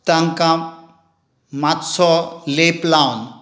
तांकां मातसो लेप लावन